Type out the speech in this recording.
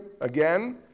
again